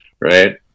right